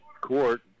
court